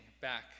back